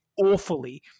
Awfully